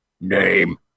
Name